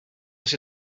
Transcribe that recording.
was